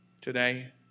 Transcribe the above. today